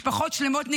משפחות שלמות נגדעו,